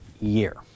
year